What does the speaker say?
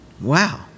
Wow